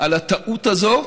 על הטעות הזו,